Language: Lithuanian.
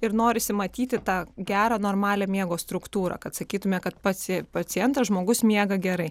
ir norisi matyti tą gerą normalią miego struktūrą kad sakytume kad pats pacientas žmogus miega gerai